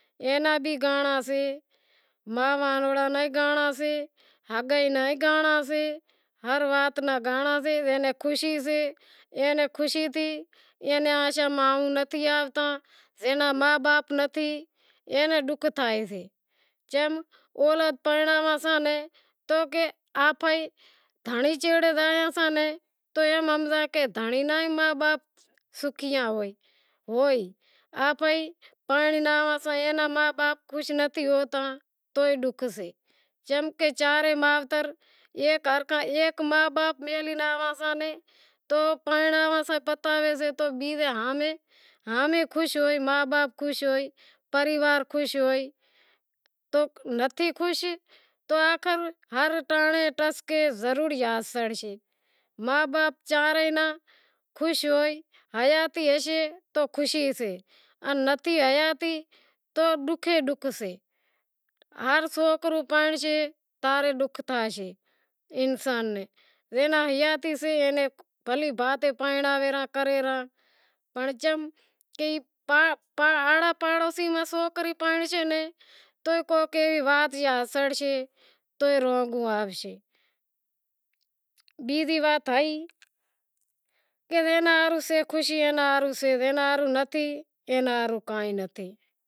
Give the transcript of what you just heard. اینا بھی گانڑا سے ہگائی نا بھی گانڑا سے زے نا خوشی سے زے نا ما باپ نتھی اے نا ڈوکھ تھیسے چم کہ اولاد پرنڑاواساں تو ئے آپیں تو ای ہمزاں کہ دہنڑی نا ما باپ سوکھی ہوئیں آپئے پرنڑنا آواں تو انینا ما باپ بھی خوش ناں ہوئیں تو ئے ڈوکھ سے چم کہ چار ئے مائتر ایک ما باپ میلہی آواساں تو امیں خوش ہوئے ما باپ خوش ہوئیں نتھی خوش تو ہر ٹانڑے ضرور یاد پڑسیں، حیاتی ہوسے تو خوش سے نتھی حیاتی تو ڈوکھ ئے ڈوکھ سے، ہر سوکر پرنڑسے تا رے ڈوکھ تھاسے انسان نیں۔ بیزی وات ہئی زینا ہاروں سے خوشی سے زے ناں ہاروں نتھی اینا ہاروں کائیں نتھی۔